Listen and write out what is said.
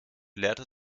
lehrte